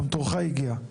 גם תורך הגיע.